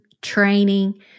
training